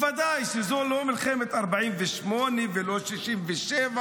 בוודאי שזו לא מלחמת 48' ולא 67',